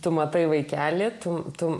tu matai vaikeli tu tu